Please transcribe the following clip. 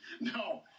No